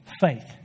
Faith